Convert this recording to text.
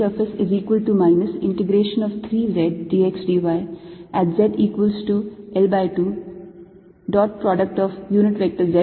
y L22L3 Ads